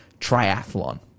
triathlon